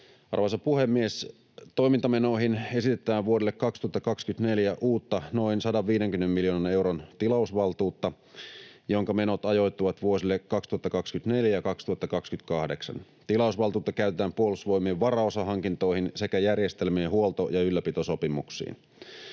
Arvoisa puhemies! Toimintamenoihin esitetään vuodelle 2024 uutta noin 150 miljoonan euron tilausvaltuutta, jonka menot ajoittuvat vuosille 2024—2028. Tilausvaltuutta käytetään Puolustusvoimien varaosahankintoihin sekä järjestelmien huolto- ja ylläpitosopimuksiin.